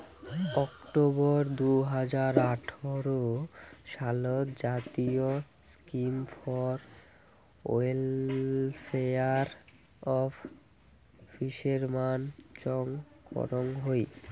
October দুই হাজার আঠারো সালত জাতীয় scheme for welfare of fishermen চং করং হই